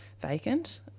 Vacant